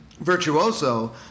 Virtuoso